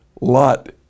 Lot